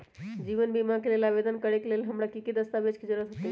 जीवन बीमा के लेल आवेदन करे लेल हमरा की की दस्तावेज के जरूरत होतई?